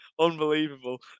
unbelievable